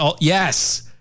Yes